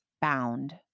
bound